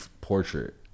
portrait